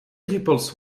druppels